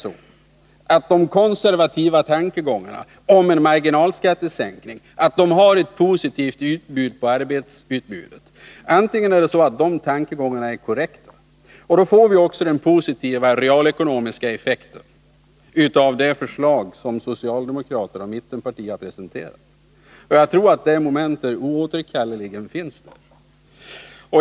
Om de konservativa tankegångarna om att en marginalskattesänkning får positiva effekter på arbetsutbudet är korrekta, blir det också en positiv realekonomisk effekt av det förslag som socialdemokraterna och mittenpartierna har presenterat. Jag tror att det momentet oåterkalleligen finns där.